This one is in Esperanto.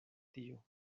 tio